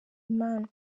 imana